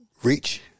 reach